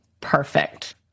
Perfect